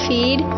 Feed